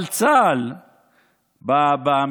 אבל צה"ל במטבחים,